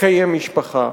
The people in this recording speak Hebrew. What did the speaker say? לקיים משפחה,